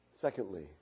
Secondly